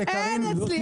) חברים,